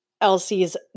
Elsie's